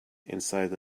inside